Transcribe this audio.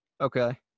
Okay